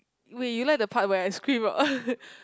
wait you like the part where I scream out